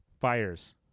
Fires